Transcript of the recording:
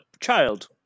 child